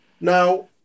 Now